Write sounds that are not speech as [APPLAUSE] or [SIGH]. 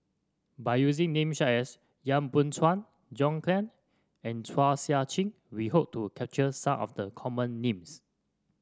by using name [UNINTELLIGIBLE] as Yap Boon Chuan John Clang and Chua Sian Chin we hope to capture some of the common names